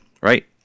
right